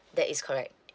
that is correct